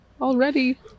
already